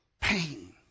pain